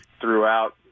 throughout